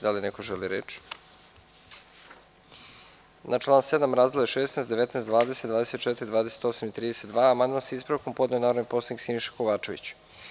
Da li neko želi reč? (Ne.) Na član 7. razdele 16, 19, 20, 24, 28 i 32 amandman sa ispravkom podneo je narodni poslanik Siniša Kovačević.